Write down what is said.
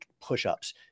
push-ups